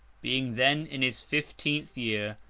being then in his fifteenth year,